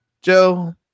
Joe